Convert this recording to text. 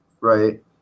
right